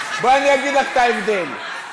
אני אגיד לך מה ההבדל,